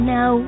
Now